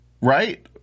Right